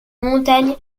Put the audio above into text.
montagnes